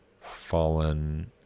fallen